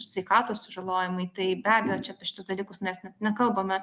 sveikatos sužalojimai tai be abejo čia apie šitus dalykus mes nekalbame